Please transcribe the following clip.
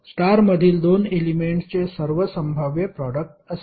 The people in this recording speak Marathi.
स्टार मधील 2 एलेमेंट्सचे सर्व संभाव्य प्रोडक्ट असेल